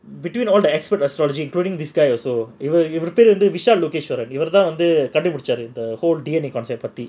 between all the expert astrology including this guy also Vishalokeswarar இவரு தான் கண்டு பிடிச்சாரு:vishalokeswarar ivaru thaan kandupidichaaru